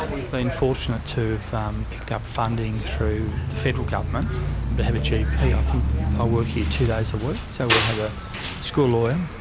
we've been fortunate to have picked up funding through the federal government to have a gp. i think they'll work here two days a week. so we'll have a school lawyer,